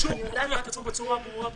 השוק הוכיח את עצמו בצורה הברורה ביותר.